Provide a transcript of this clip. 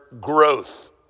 growth